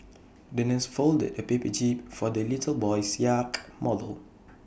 the nurse folded A paper jib for the little boy's yacht model